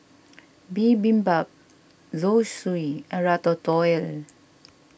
Bibimbap Zosui and Ratatouille